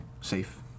safe